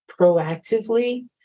proactively